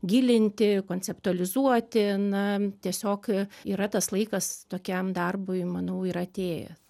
gilinti konceptualizuoti na tiesiog yra tas laikas tokiam darbui manau yra atėję